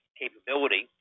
capability